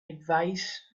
advice